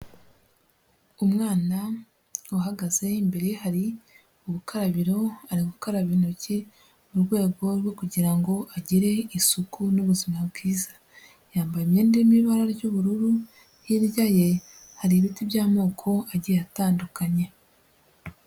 Umwana uhagaze imbere hari uburakabiro, ari gukaraba intoki mu rwego rwo kugira ngo agire isuku n'ubuzima bwiza, yambara imyenda irimo ibara ry'ubururu, hirya ye hari ibiti by'amoko agiye atandukanye.